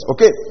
Okay